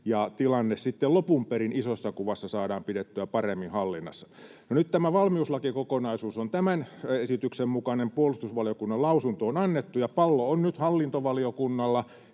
sitten lopun perin isossa kuvassa saataisiin pidettyä paremmin hallinnassa. No, nyt tämä valmiuslakikokonaisuus on tämän esityksen mukainen. Puolustusvaliokunnan lausunto on annettu, ja pallo on nyt hallintovaliokunnalla.